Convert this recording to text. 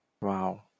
Wow